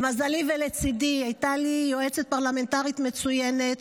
למזלי לצידי הייתה לי עוזרת פרלמנטרית מצוינת,